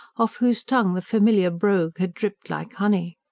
off whose tongue the familiar brogue had dripped like honey.